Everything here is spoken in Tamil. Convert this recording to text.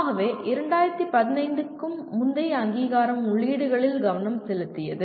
ஆகவே 2015 க்கு முந்தைய அங்கீகாரம் உள்ளீடுகளில் கவனம் செலுத்தியது